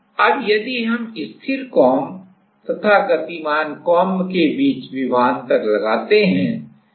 अब यदि हम स्थिर कॉम्ब तथा गतिमान कॉम्ब के बीच विभवांतर लगाते हैं